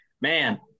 man